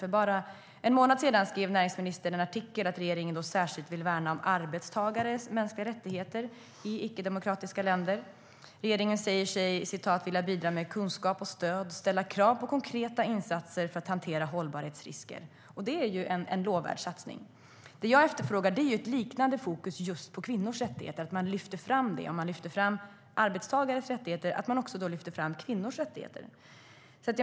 För en månad sedan skrev näringsministern i en artikel att regeringen särskilt vill värna om arbetstagares mänskliga rättigheter i icke-demokratiska länder. Regeringen säger sig vilja bidra med kunskap och stöd och ställa krav på konkreta insatser för att hantera hållbarhetsrisker. Det är en lovvärd satsning. Det jag efterfrågar är ett liknande fokus på kvinnors rättigheter. Lyfter man fram arbetstagares rättigheter bör man också lyfta fram kvinnors rättigheter.